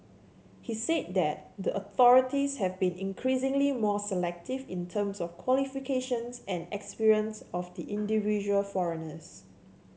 he said that the authorities have been increasingly more selective in terms of qualifications and experience of the individual foreigners